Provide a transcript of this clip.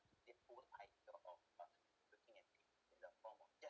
the whole idea of uh looking at yes